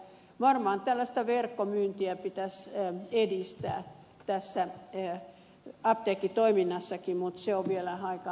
varmaan tällaista verkkomyyntiä pitäisi edistää tässä apteekkitoiminnassakin mutta se on vielä haittaa